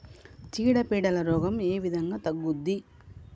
చీడ పీడల రోగం ఏ విధంగా తగ్గుద్ది?